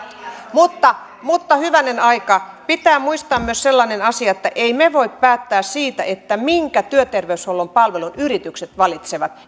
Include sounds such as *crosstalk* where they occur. mutta mutta hyvänen aika pitää muistaa myös sellainen asia että emme me voi päättää siitä minkä työterveyshuollon palvelun yritykset valitsevat *unintelligible*